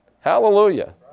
Hallelujah